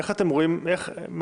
תודה.